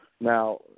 Now